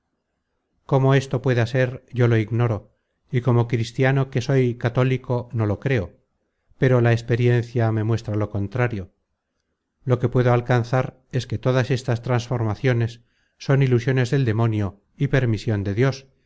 cómo esto pueda ser yo lo ignoro y como cristiano que soy católico no lo creo pero la experiencia me muestra lo contraio lo que puedo alcanzar es que todas estas trasformaciones son ilusiones del demonio y permision de dios